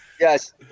yes